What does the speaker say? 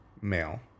male